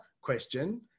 question